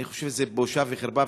אני חושב שזאת בושה וחרפה.